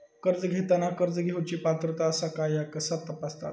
कर्ज घेताना कर्ज घेवची पात्रता आसा काय ह्या कसा तपासतात?